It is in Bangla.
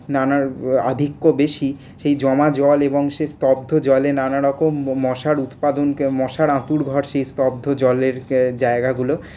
নানা আধিক্য বেশি সেই জমা জল সেই স্তব্ধ জলে নানারকম মশার উৎপাদন মশার আতুর ঘর সেই স্তব্ধ জলের সেই জায়গাগুলো